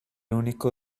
único